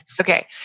Okay